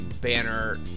banner